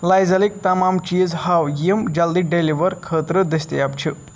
لایزالٕکۍ تمام چیٖز ہاو یِم جلدی ڈیلیور خٲطرٕ دٔستیاب چھِ